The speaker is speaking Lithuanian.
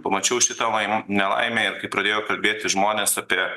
pamačiau šitą laim nelaimę ir kai pradėjo kalbėti žmonės apie